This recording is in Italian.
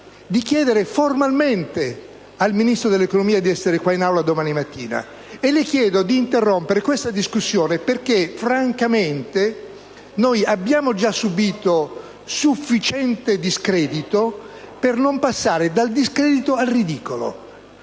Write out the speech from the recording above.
di chiedere formalmente al Ministro dell'economia di essere qui in Aula domani mattina. E le chiedo anche di interrompere questa discussione perché, francamente, noi abbiamo già subito sufficiente discredito, per non passare dal discredito al ridicolo.